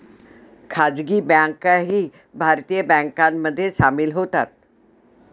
खासगी बँकाही भारतीय बँकांमध्ये सामील होतात